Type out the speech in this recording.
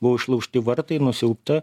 buvo išlaužti vartai nusiaubta